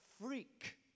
freak